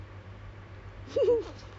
steal underwear kind